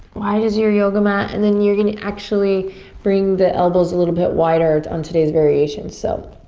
wide as your yoga mat. and then you're gonna actually bring the elbows a little bit wider on today's variation. so,